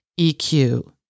EQ